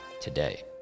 today